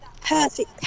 perfect